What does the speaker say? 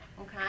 Okay